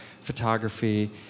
photography